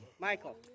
Michael